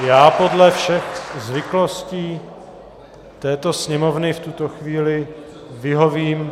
Já podle všech zvyklostí této Sněmovny v tuto chvíli vyhovím.